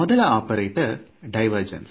ಮೊದಲ operator divergence